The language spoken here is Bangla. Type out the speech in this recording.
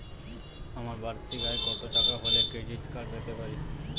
আমার বার্ষিক আয় কত টাকা হলে ক্রেডিট কার্ড পেতে পারি?